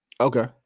okay